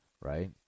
right